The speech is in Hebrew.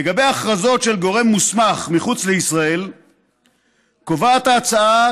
לגבי הכרזות של גורם מוסמך מחוץ לישראל קובעת ההצעה